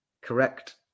correct